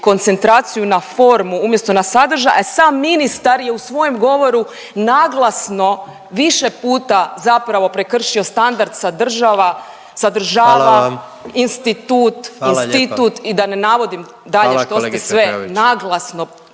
koncentraciju na formu umjesto na sadržaj, a sam ministar je u svojem govoru naglasno više puta zapravo prekršio standard sadržava, sadržava …/Upadica predsjednik: Hvala